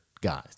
guys